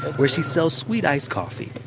where she sells sweet iced coffee,